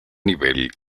nivel